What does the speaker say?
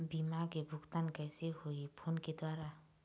बीमा के भुगतान कइसे होही फ़ोन के द्वारा?